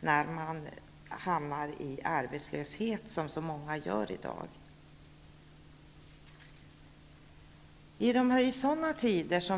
när man hamnar i arbetslöshet. Det är ju så många som hamnar där i dag.